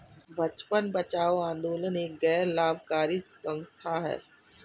बचपन बचाओ आंदोलन एक गैर लाभकारी संस्था है